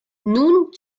nun